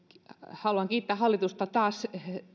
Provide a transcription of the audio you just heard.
haluan kiittää hallitusta taas